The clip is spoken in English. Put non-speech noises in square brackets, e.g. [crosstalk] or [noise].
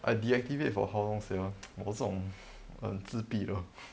I deactivate for how long sia [noise] 我这种很自闭的 [breath]